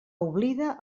oblida